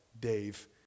Dave